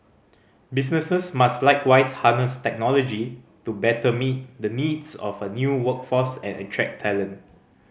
businesses must likewise harness technology to better meet the needs of a new workforce and attract talent